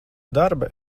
darba